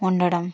ఉండడం